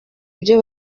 ibyo